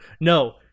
no